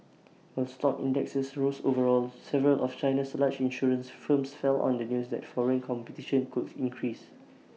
while stock indexes rose overall several of China's largest insurance firms fell on the news that foreign competition could increase